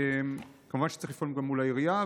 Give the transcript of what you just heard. כמובן שצריך לפעול מול העירייה,